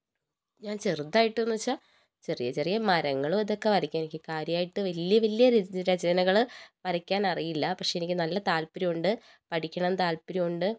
ഞാൻ ചെറുതായിട്ട് എന്ന് വെച്ചാൽ ചെറിയ ചെറിയ മരങ്ങളും ഇതൊക്കെ വരയ്ക്കും എനിക്ക് കാര്യമായിട്ട് വലിയ വലിയ രചനകൾ വരയ്ക്കാൻ അറിയില്ല പക്ഷേ എനിക്ക് നല്ല താല്പര്യം ഉണ്ട് പഠിക്കണം എന്ന് താല്പര്യമുണ്ട്